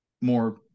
more